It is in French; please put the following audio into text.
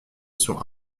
sont